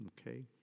Okay